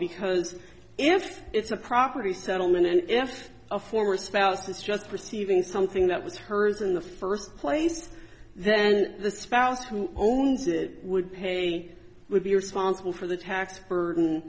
because if it's a property settlement and if a former spouse is just receiving something that was hers in the first place then the spouse who owns the would pay would be responsible for the tax burden